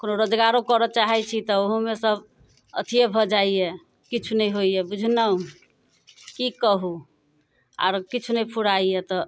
कोनो रोजगारो करऽ चाहै छी तऽ ओहोमे सब अथीये भऽ जाइए किछु नहि होइए बुझनौ की कहू आओर किछु नहि फुराइए तऽ